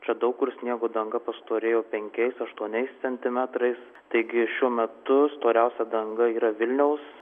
čia daug kur sniego danga pastorėjo penkiais aštuoniais centimetrais taigi šiuo metu storiausia danga yra vilniaus